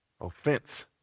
offense